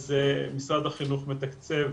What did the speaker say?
אז משרד החינוך מתקצב